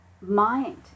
mind